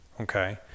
okay